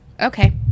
Okay